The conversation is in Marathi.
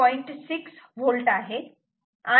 6 V आहे आणि Vout 3